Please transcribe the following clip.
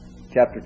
chapter